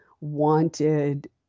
wanted